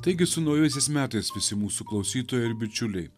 taigi su naujaisiais metais visi mūsų klausytojai bičiuliai